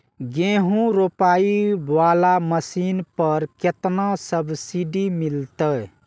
गेहूं रोपाई वाला मशीन पर केतना सब्सिडी मिलते?